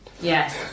Yes